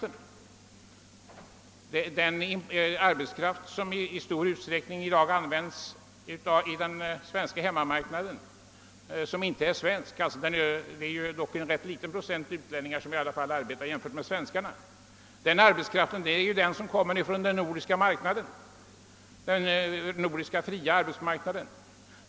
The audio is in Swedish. Den utländska arbetskraft som i dag i stor utsträckning används på den svenska hemmamarknaden — det är dock en liten procent utlänningar jämfört med svenskarna — är ju den som kommer från den nordiska fria arbetsmarknaden.